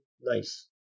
nice